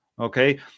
Okay